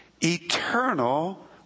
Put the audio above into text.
eternal